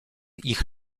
ich